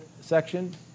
section